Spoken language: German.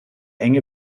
enge